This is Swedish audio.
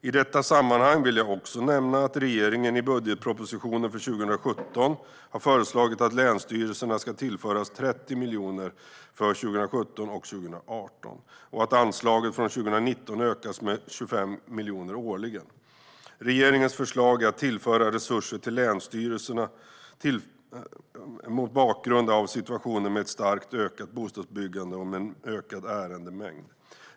I detta sammanhang vill jag också nämna att regeringen i budgetpropositionen för 2017 har föreslagit att länsstyrelserna ska tillföras 30 miljoner för 2017 och 2018 och att anslaget från 2019 ökas med 25 miljoner årligen. Regeringens förslag är att tillföra resurser till länsstyrelserna mot bakgrund av situationen med ett starkt ökat bostadsbyggande och en ökad ärendemängd.